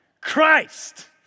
Christ